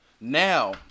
Now